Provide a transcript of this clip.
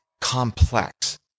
complex